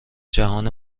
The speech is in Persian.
جهان